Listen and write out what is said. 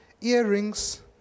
earrings